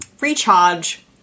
recharge